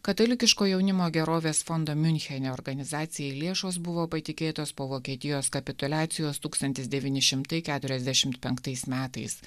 katalikiško jaunimo gerovės fondo miunchene organizacijai lėšos buvo patikėtos po vokietijos kapituliacijos tūkstantis devyni šimtai keturiasdešimt penktais metais